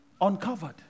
uncovered